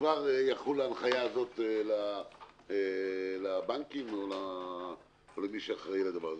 כבר תחול ההנחיה הזאת לבנקים או למי שאחראי על הדבר הזה.